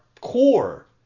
core